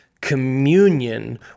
communion